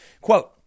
Quote